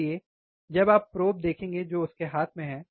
इसलिए जब आप प्रोब देखेंगे जो उसके हाथ में है